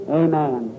amen